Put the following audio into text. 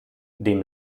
dem